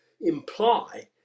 imply